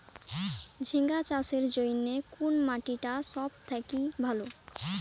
ঝিঙ্গা চাষের জইন্যে কুন মাটি টা সব থাকি ভালো?